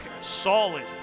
solid